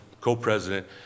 co-president